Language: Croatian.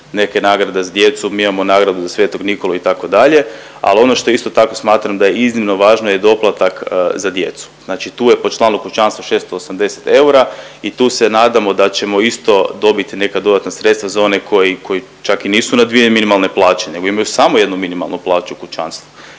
neke nagrade za djecu, mi imamo nagradu za sv. Nikolu, itd., ali ono što isto tako smatram da je iznimno važno je doplatak za djecu. Znači tu je po članu kućanstva 680 eura i tu se nadamo da ćemo isto dobiti neka dodatna sredstva za one koji, koji, čak i nisu na dvije minimalne plaće, nego imaju samo jednu minimalnu plaću u kućanstvu